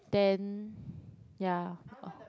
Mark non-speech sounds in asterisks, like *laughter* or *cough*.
then *breath* ya